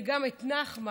וגם את נחמן,